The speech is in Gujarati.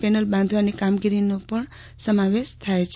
પેનલ બાંધવાની કામગીરીનો સમાવેશ થાય છે